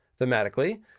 Thematically